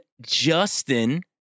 Justin